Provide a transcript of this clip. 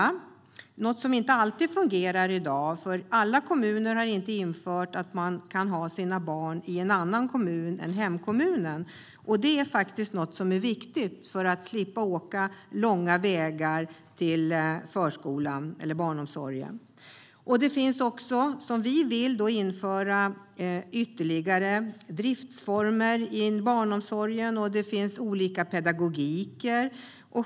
Det är något som inte alltid fungerar i dag, för alla kommuner har inte infört att man kan ha sina barn i en annan kommun än hemkommunen. Det är faktiskt viktigt för att man ska slippa åka lång väg till förskolan eller barnomsorgen. Vi vill också införa ytterligare driftsformer i barnomsorgen, och det finns olika pedagogiker.